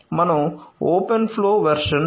మనం open flow version 1